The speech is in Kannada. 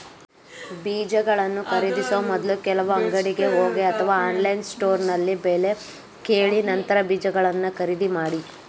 ಬೀಜಗಳನ್ನು ಖರೀದಿಸೋ ಮೊದ್ಲು ಕೆಲವು ಅಂಗಡಿಗೆ ಹೋಗಿ ಅಥವಾ ಆನ್ಲೈನ್ ಸ್ಟೋರ್ನಲ್ಲಿ ಬೆಲೆ ಕೇಳಿ ನಂತರ ಬೀಜಗಳನ್ನ ಖರೀದಿ ಮಾಡಿ